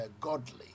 godly